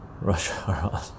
Russia